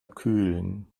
kühlen